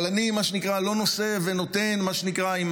אבל אני לא נושא ונותן עם אנשים,